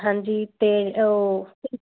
ਹਾਂਜੀ ਤੇ ਉਹ